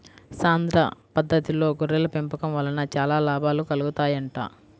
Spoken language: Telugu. సాంద్ర పద్దతిలో గొర్రెల పెంపకం వలన చాలా లాభాలు కలుగుతాయంట